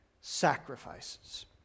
sacrifices